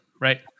Right